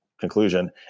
conclusion